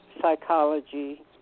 psychology